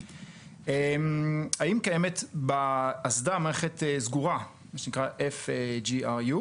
האם קיימת באסדה מערכת סגורה, מה שנקראFGRU